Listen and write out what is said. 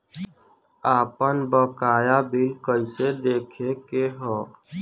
आपन बकाया बिल कइसे देखे के हौ?